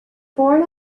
born